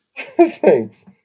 Thanks